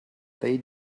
they